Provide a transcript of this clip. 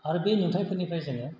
आरो बे नुथायफोरनिफ्राय जोङो